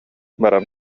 баран